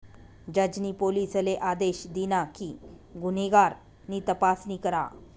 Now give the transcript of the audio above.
जज नी पोलिसले आदेश दिना कि गुन्हेगार नी तपासणी करा